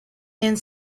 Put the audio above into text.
and